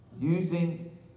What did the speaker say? using